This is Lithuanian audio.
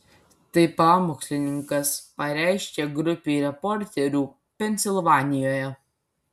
tai pamokslininkas pareiškė grupei reporterių pensilvanijoje